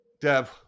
Dev